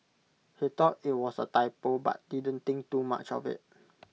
he thought IT was A typo but didn't think too much of IT